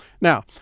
Now